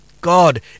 God